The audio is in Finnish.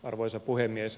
arvoisa puhemies